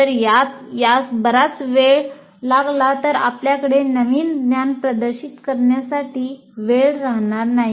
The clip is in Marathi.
जर यास बराच वेळ लागला तर आपल्याकडे नवीन ज्ञान प्रदर्शित करण्यासाठी वेळ राहणार नाही